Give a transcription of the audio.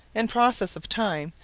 in process of time,